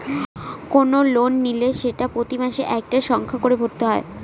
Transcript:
কোনো লোন নিলে সেটা প্রতি মাসে একটা সংখ্যা করে ভরতে হয়